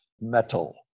metal